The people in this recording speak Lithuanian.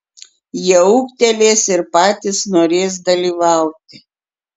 jie ūgtelės ir patys norės dalyvauti